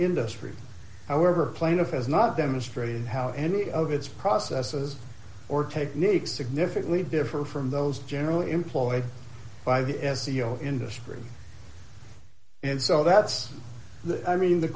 industry however plaintiff has not demonstrated how any of its processes or technique significantly differ from those generally employed by the ezio industry and so that's the i mean the